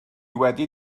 wedi